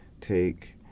take